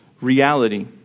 reality